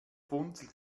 funzel